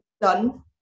done